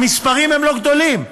המספרים הם לא גדולים.